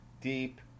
deep